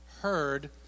heard